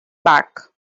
back